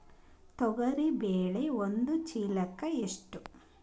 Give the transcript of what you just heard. ತೊಗರಿ ಬೇಳೆ ಒಂದು ಚೀಲಕ ಎಷ್ಟು?